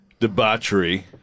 debauchery